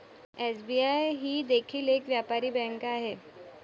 SBI ही देखील एक व्यापारी बँक आहे